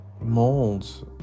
molds